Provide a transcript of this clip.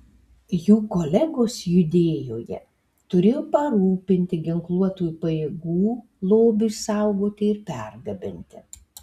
jų kolegos judėjoje turėjo parūpinti ginkluotųjų pajėgų lobiui saugoti ir pergabenti